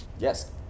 Yes